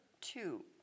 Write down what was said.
two